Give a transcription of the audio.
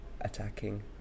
attacking